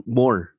more